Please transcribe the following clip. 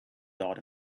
dot